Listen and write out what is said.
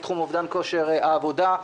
בתחום אובדן כושר העבודה,